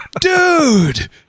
Dude